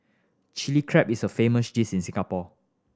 Chilli Crab is a famous dish in Singapore